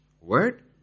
word